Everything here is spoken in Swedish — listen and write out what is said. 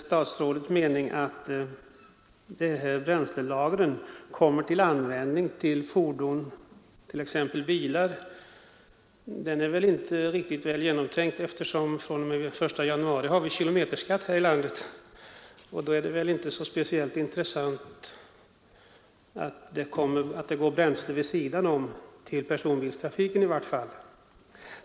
Statsrådets mening om hur bränslelagren kommer till användning är måhända inte riktigt väl genomtänkt.